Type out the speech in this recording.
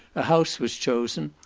a house was chosen,